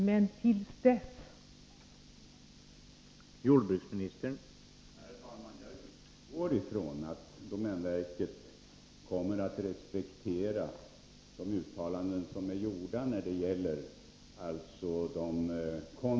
Men hur blir det fram till dess?